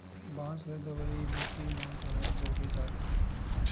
बांस ल दवई बूटी म घलोक बउरे जाथन